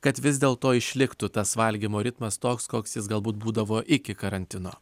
kad vis dėl to išliktų tas valgymo ritmas toks koks jis galbūt būdavo iki karantino